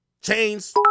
Chains